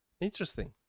interesting